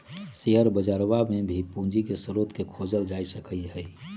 share बजरवा में भी पूंजी के स्रोत के खोजल जा सका हई